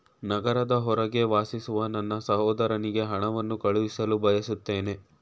ನಗರದ ಹೊರಗೆ ವಾಸಿಸುವ ನನ್ನ ಸಹೋದರನಿಗೆ ಹಣವನ್ನು ಕಳುಹಿಸಲು ಬಯಸುತ್ತೇನೆ